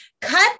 cut